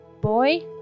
Boy